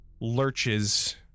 lurches